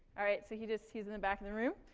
all right, so he just he's in the back of the room.